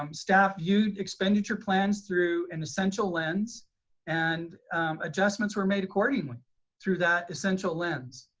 um staff viewed expenditure plans through an essential lens and adjustments were made accordingly through that essential lens.